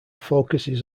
focuses